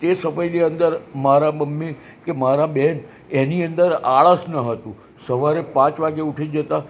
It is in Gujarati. તે સમયની અંદર મારાં મમ્મી કે મારાં બહેન એની અંદર આળસ ન હતું સવારે પાંચ વાગે ઉઠી જતાં